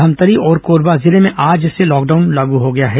धमतरी और कोरबा जिले में आज से लॉकडाउन लागू हो गया है